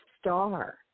star